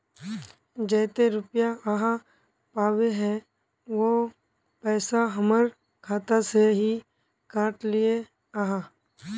जयते रुपया आहाँ पाबे है उ पैसा हमर खाता से हि काट लिये आहाँ?